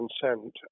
consent